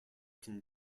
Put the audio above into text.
can